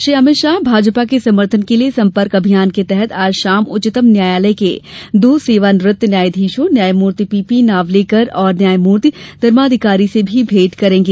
श्री अमित शाह भाजपा के समर्थन के लिए संपर्क अभियान के तहत आज शाम उच्चतम न्यायालय के दो सेवानिवृत्त न्यायाधीशों न्यायमूर्ति पीपी नावलेकर और न्यायमूर्ति धर्माधिकारी से भी भेंट करेंगे